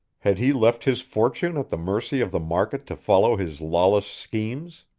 had he left his fortune at the mercy of the market to follow his lawless schemes?